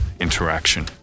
interaction